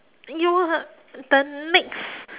you uh the next